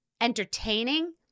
entertaining